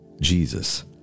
Jesus